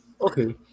Okay